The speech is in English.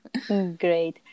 Great